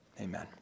Amen